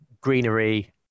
greenery